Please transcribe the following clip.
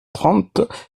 trente